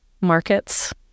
markets